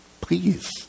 please